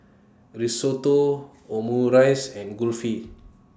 Risotto Omurice and Kulfi